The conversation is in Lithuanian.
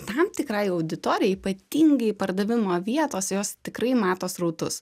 tam tikrai auditorijai ypatingai pardavimo vietos jos tikrai mato srautus